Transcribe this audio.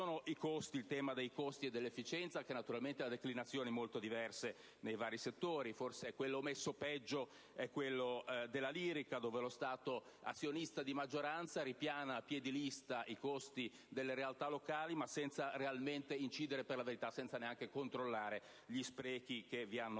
il tema dei costi e dell'efficienza, che naturalmente ha declinazioni molto diverse nei vari settori, ma forse quello messo peggio è la lirica, nel quale lo Stato azionista di maggioranza ripiana a piè di lista i costi delle realtà locali, senza realmente incidere, né per la verità controllare, gli sprechi che hanno luogo.